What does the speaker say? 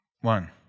One